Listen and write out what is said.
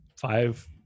five